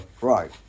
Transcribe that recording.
Right